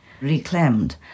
reclaimed